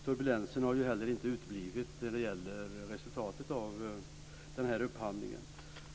Turbulensen har inte heller uteblivit när det gäller resultatet av upphandlingen.